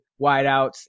wideouts